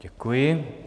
Děkuji.